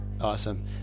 awesome